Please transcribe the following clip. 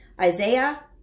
Isaiah